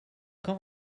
quand